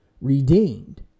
redeemed